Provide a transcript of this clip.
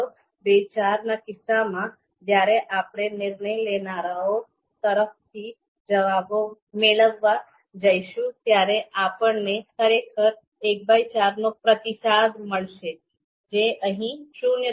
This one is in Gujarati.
૨૫ ના કિસ્સામાં જ્યારે આપણે નિર્ણય લેનારાઓ તરફથી જવાબો મેળવવા જઈશું ત્યારે આપણને ખરેખર ૧૪ નો પ્રતિસાદ મળશે જે અહીં ૦